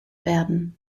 werden